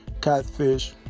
catfish